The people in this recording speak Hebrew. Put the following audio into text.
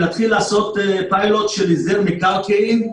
להתחיל לעשות פיילוט של הסדר מקרקעין.